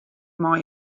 mei